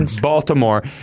Baltimore